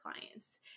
clients